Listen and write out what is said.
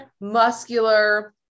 muscular